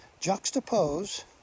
juxtapose